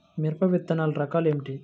మిరప విత్తనాల రకాలు ఏమిటి?